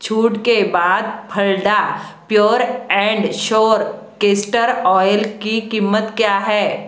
छूट के बाद फलडा pure and sure castor oil की कीमत क्या है